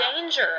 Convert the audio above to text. danger